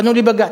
פנו לבג"ץ.